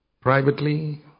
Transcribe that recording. privately